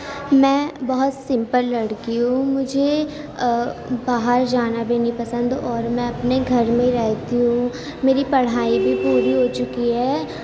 میں بہت سمپل لڑکی ہوں مجھے باہر جانا بھی نہیں پسند اور میں اپنے گھر میں رہتی ہوں میری پڑھائی بھی پوری ہو چکی ہے